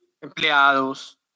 Empleados